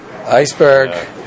Iceberg